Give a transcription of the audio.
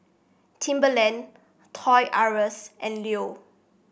Timberland Toys R Us and Leo